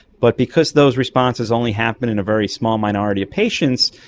but because those responses only happen in a very small minority of patients,